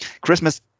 Christmas